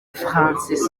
françois